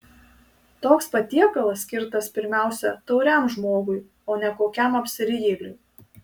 toks patiekalas skirtas pirmiausia tauriam žmogui o ne kokiam apsirijėliui